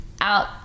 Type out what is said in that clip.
out